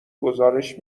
گزارش